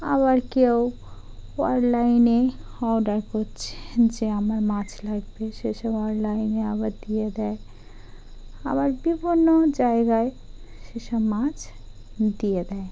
আবার কেউ অনলাইনে অর্ডার করছে যে আমার মাছ লাগবে সেসব অনলাইনে আবার দিয়ে দেয় আবার বিভিন্ন জায়গায় সেসব মাছ দিয়ে দেয়